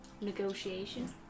Negotiation